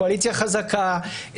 קואליציה חזקה,